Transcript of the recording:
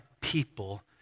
people